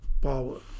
power